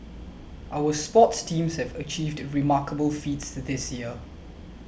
our sports teams have achieved remarkable feats this year